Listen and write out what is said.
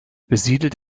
besiedelt